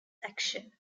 action